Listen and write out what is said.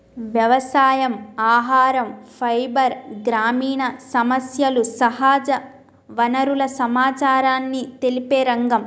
వ్యవసాయం, ఆహరం, ఫైబర్, గ్రామీణ సమస్యలు, సహజ వనరుల సమచారాన్ని తెలిపే రంగం